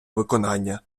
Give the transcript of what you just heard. виконання